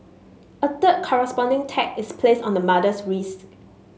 a third corresponding tag is placed on the mother's wrist